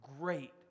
great